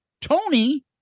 Tony